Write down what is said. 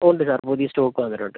ഉണ്ട് സാർ പുതിയ സ്റ്റോക്ക് വന്നിട്ടുണ്ട്